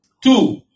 Two